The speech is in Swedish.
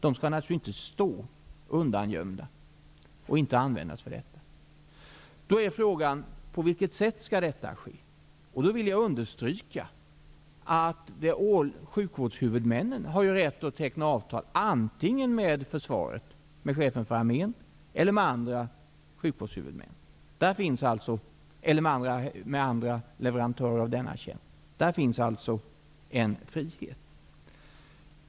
De skall naturligtvis inte stå undangömda utan att användas. Då är frågan på vilket sätt detta skall ske. Jag vill då understryka att sjukvårdshuvudmännen har rätt att teckna avtal antingen med chefen för armén, sjukvårdshuvudmän eller andra leverantörer av denna tjänst. Där finns en frihet.